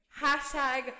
hashtag